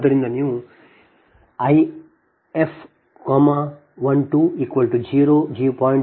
ಆದ್ದರಿಂದ ನೀವು I f 12 0